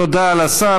תודה לשר.